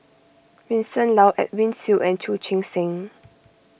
Vincent Leow Edwin Siew and Chu Chee Seng